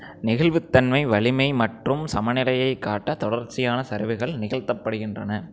நெகிழ்வுத்தன்மை வலிமை மற்றும் சமநிலையைக் காட்ட தொடர்ச்சியான சரிவுகள் நிகழ்த்தப்படுகின்றன